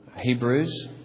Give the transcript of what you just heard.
Hebrews